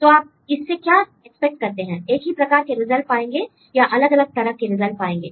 तो आप इससे क्या एक्सपेक्ट करते हैं एक ही प्रकार के रिजल्ट पाएंगे या अलग अलग तरह के रिजल्ट पाएंगे